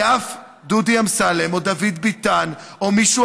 כי אף דודי אמסלם או דוד ביטן או מישהו